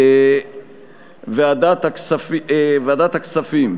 ועדת הכספים,